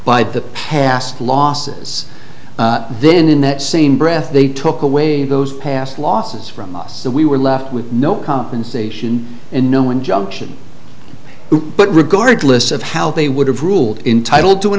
by the past losses then in that same breath they took away those past losses from us that we were left with no compensation and no injunction but regardless of how they would have ruled intitled to an